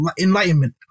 enlightenment